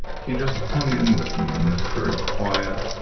he just hung in with me in this very quiet,